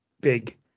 big